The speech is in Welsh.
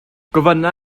gofynna